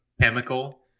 chemical